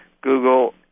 Google